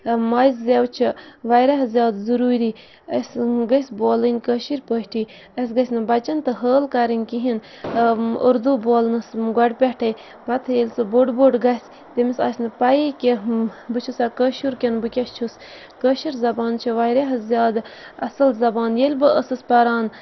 ماجہِ زیو چھِ واریاہ زیادٕ ضٔروٗری اَسہِ گژھِ بولٕنۍ کٲشِر پٲٹھی اَسہِ گَژھِ نہٕ بَچَن تہٕ حٲل کَرٕنۍ کِہیٖنۍ اُردو بولنَس گۄڈٕ پٮ۪ٹھَے پَتہٕ ییٚلہِ سُہ بوٚڑ بوٚڑ گَژھِ تٔمِس آسہِ نہٕ پَیی کہِ بہٕ چھُس سا کٲشُر کِنۍ بہٕ کیٛاہ چھُس کٲشِر زَبان چھِ واریاہ زیادٕ اَصٕل زَبان ییٚلہِ بہٕ ٲسٕس پَران